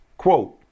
Quote